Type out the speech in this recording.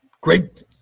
great